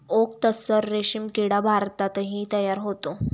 okay tussar रेशीम किडा भारतातही तयार होतो